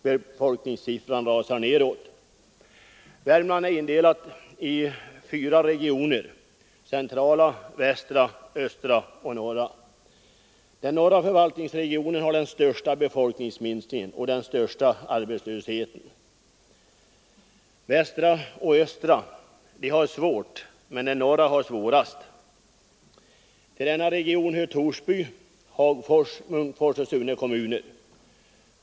Befolkningssiffrorna rasar nedåt. Värmland är indelat i fyra regioner, centrala, västra, östra och norra regionen. Den norra förvaltningsregionen har den största befolkningsminskningen och den högsta arbetslösheten. Den västra och östra regionen har det svårt, men den norra regionen har det svårast. Till denna region hör Torsby, Hagfors, Munkfors och Sunne kommuner.